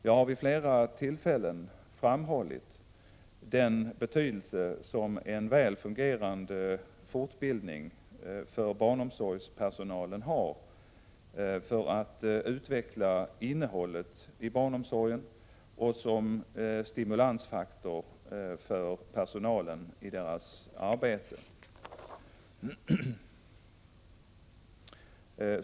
Jag har vid flera tillfällen framhållit den betydelse som en väl fungerande fortbildning för barnomsorgspersonalen har för att utveckla innehållet i barnomsorgen och som stimulansfaktor för personalen i dess arbete.